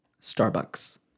Starbucks